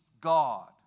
God